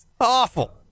Awful